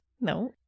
No